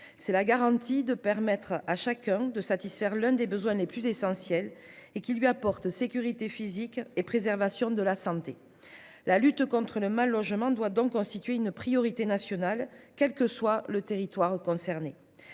C'est ainsi qu'on garantit que chacun pourra satisfaire l'un des besoins les plus essentiels et qu'on lui apporte sécurité physique et préservation de la santé. La lutte contre le mal-logement doit donc constituer une priorité nationale, quel que soit le territoire concerné.